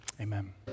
Amen